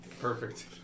Perfect